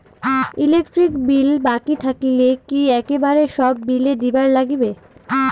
Electric bill বাকি থাকিলে কি একেবারে সব বিলে দিবার নাগিবে?